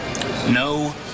No